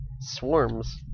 swarms